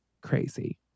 crazy